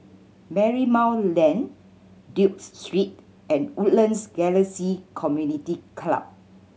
Marymount Lane Duke Street and Woodlands Galaxy Community Club